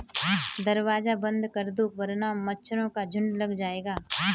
दरवाज़ा बंद कर दो वरना मच्छरों का झुंड लग जाएगा